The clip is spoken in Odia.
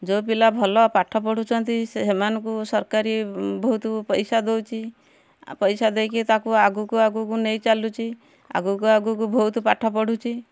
ଯେଉଁ ପିଲା ଭଲ ପାଠ ପଢ଼ୁଛନ୍ତି ସେ ସେମାନଙ୍କୁ ସରକାରୀ ବହୁତ ପଇସା ଦଉଛି ଆ ପଇସା ଦେଇକି ତାକୁ ଆଗକୁ ଆଗକୁ ନେଇ ଚାଲୁଛି ଆଗକୁ ଆଗକୁ ବହୁତ ପାଠ ପଢ଼ୁଛି